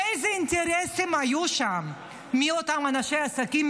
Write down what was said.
איזה אינטרסים היו שם לאותם אנשי עסקים,